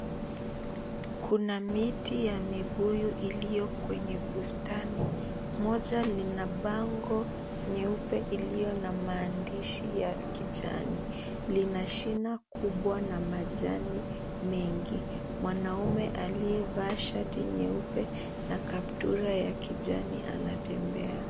Kuna miti ya mibuyu iliyo kwenye bustani, moja lina bango nyeupe iliyo na maandishi ya kijani. Lina shina kubwa na majani mengi. Mwanamume aliyevaa shati nyeupe na kaptura ya kijani anatembea.